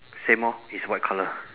same orh it's white colour